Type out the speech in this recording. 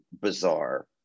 bizarre